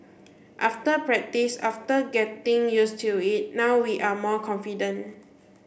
after practice after getting used to it now we are more confident